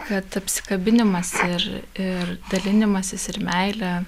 kad apsikabinimas ir ir dalinimasis ir meilė